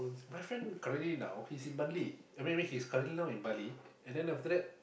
my friend currently now he's in Bali I mean I mean he's currently now in Bali